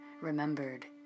remembered